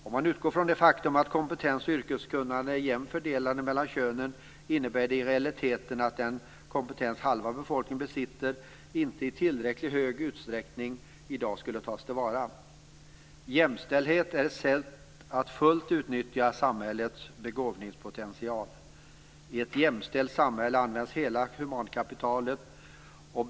Om man utgår från det faktum att kompetens och yrkeskunnande är jämnt fördelade mellan könen innebär det i realiteten att den kompetens som halva befolkningen besitter inte i tillräckligt hög utsträckning i dag tas till vara. Jämställdhet är ett sätt att fullt ut utnyttja samhällets begåvningspotential. I ett jämställt samhälle används hela humankapitalet.